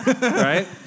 right